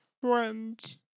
friends